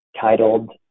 titled